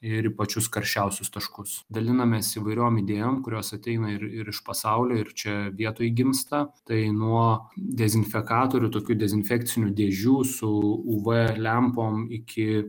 ir į pačius karščiausius taškus dalinamės įvairiom idėjom kurios ateina ir ir iš pasaulio ir čia vietoj gimsta tai nuo dezinfekatorių tokių dezinfekcinių dėžių su uv lempom iki